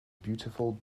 beautiful